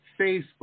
Facebook